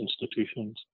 institutions